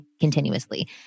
continuously